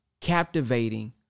captivating